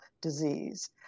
disease